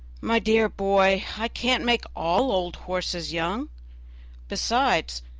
my dear boy, i can't make all old horses young besides,